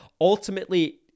ultimately